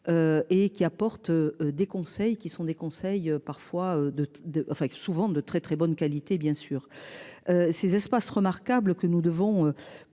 Et qui apporte des conseils qui sont des conseils parfois de de enfin que souvent de très très bonne qualité, bien sûr. Ces espaces remarquables que nous devons